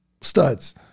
studs